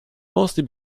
mostly